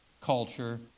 culture